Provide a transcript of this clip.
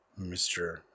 Mr